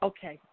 Okay